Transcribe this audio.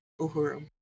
Uhuru